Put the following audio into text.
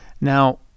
Now